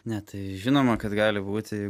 ne tai žinoma kad gali būti